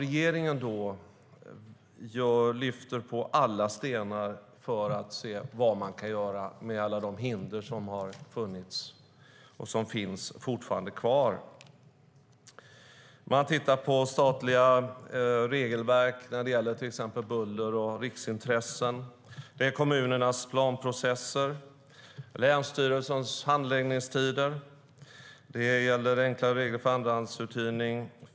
Regeringen har lyft på alla stenar för att se vad som kan göras med tanke på alla hinder som har funnits och som fortfarande finns kvar. Man ser över statliga regelverk när det gäller till exempel buller, riksintressen, kommunernas planprocesser och länsstyrelsernas handläggningstider. Det har införts enklare regler för andrahandsuthyrning.